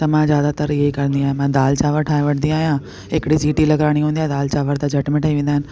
त मां ज़्यादातर इअं ई कंदी आहियां मां दालि चांवर ठाहे वठंदी आहियां हिकड़ी सीटी लॻवाइणी हूंदी आहे दालि चांवर त झटि में ठही वेंदा आहिनि